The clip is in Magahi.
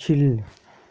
छिले